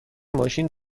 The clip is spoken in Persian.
ماشین